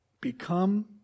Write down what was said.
become